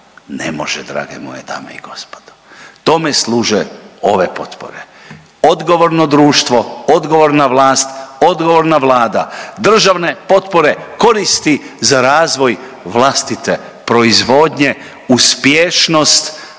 Ne može drage moje dame i gospodo. Tome služe ove potpore. Odgovorno društvo, odgovorna vlast, odgovorna Vlada, državne potpore koristi za razvoj vlastite proizvodnje, uspješnost